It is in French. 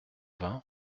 vingt